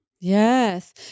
Yes